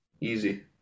Easy